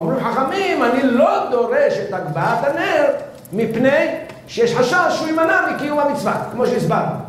אומרים חכמים, אני לא דורש את הגבהת הנר מפני שיש חשש שהוא יימנע מקיום המצווה, כמו שהסברנו